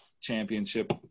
championship